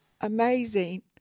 amazing